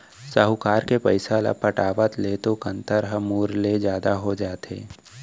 साहूकार के पइसा ल पटावत ले तो कंतर ह मूर ले जादा हो जाथे